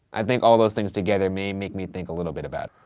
i think all those things together may make me think a little bit about